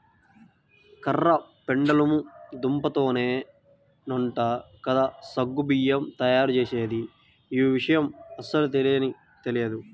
కర్ర పెండలము దుంపతోనేనంట కదా సగ్గు బియ్యం తయ్యారుజేసేది, యీ విషయం అస్సలు తెలియనే తెలియదు